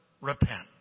repent